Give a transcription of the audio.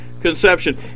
conception